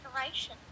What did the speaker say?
decoration